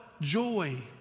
Joy